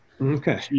Okay